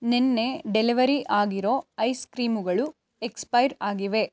ನೆನ್ನೆ ಡೆಲವರಿ ಆಗಿರೋ ಐಸ್ಕ್ರೀಮುಗಳು ಎಕ್ಸ್ಪೈರ್ ಆಗಿವೆ